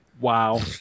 wow